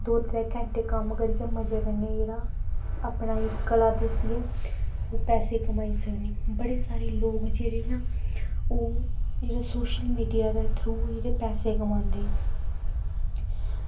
दौ त्रै घैंटे कम्म करियै मज़े कन्नै जेह्ड़ा अपने इक कला दस्सियै ते पैसे कमाई सकने बड़े सारे लोग जेह्ड़े न ओह् जेह्ड़े सोशल मीडिया दे थ्रू गै पैसे कमांदे